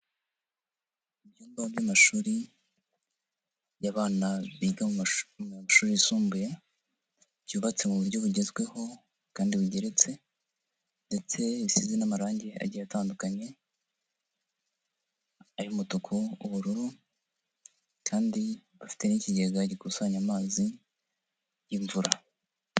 Ibyumba by'amashuri y'abana biga mu mashuri yisumbuye, byubatse mu buryo bugezweho kandi bugeretse, ndetse isize n'amarangi agiye atandukanye, ay'umutuku, ubururu kandi bafite n'ikigega gikusanya amazi y'imvura.